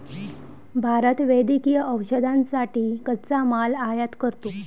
भारत वैद्यकीय औषधांसाठी कच्चा माल आयात करतो